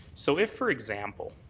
so if, for example,